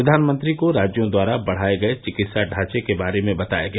प्रधानमंत्री को राज्यों द्वारा बढाए गए चिकित्सा ढांचे के बारे में बताया गया